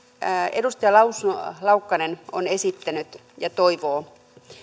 edustaja laukkanen on esittänyt ja toivoo